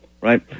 right